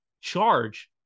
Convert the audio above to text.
charge